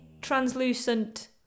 translucent